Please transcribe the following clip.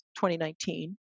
2019